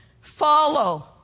follow